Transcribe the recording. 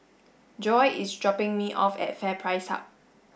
Joye is dropping me off at FairPrice Hub